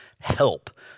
help